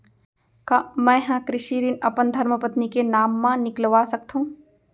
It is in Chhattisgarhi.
का मैं ह कृषि ऋण अपन धर्मपत्नी के नाम मा निकलवा सकथो?